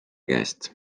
käest